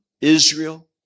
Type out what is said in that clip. Israel